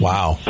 Wow